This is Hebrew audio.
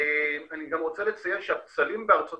אני גם רוצה לציין שהפצלים שיש בארצות